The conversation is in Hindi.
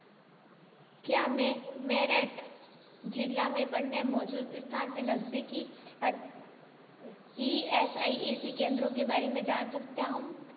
क्या मैं मेरठ जिला में पड़ने मौजूद स्थान पे नज़दीकी E S I E C केंद्रो के बारे में जान सकता हूँ